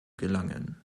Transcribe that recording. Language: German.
gelangen